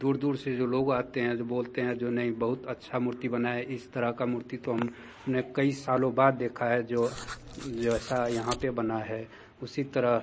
दूर दूर से जो लोग आते हैं जो बोलते हैं जो नहीं बहुत अच्छी मूर्ति बनी है इस तरह की मूर्ति तो हम ने कई सालों बाद देखा है जो जो ऐसा यहाँ पर बना है उसी तरह